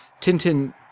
tintin